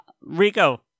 Rico